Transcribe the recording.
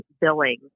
billing